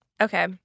okay